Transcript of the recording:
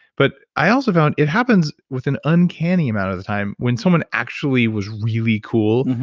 but i also found it happens with an uncanny amount of the time when someone actually was really cool.